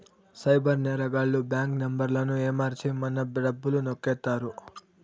cyber నేరగాళ్లు bank నెంబర్లను ఏమర్చి మన డబ్బులు నొక్కేత్తారు